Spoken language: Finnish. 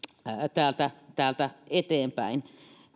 täältä täältä eteenpäin